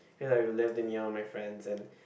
feel like they left to me and my friends and